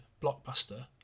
blockbuster